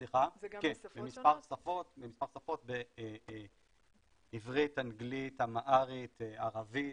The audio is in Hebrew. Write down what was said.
כן, במספר שפות, בעברית, אנגלית, אמהרית, ערבית.